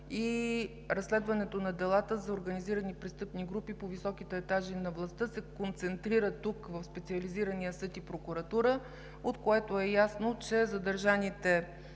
и разследването на делата за организирани престъпни групи по високите етажи на властта се концентрират тук в специализирания съд и прокуратура, от което е ясно, че задържаните